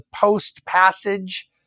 post-passage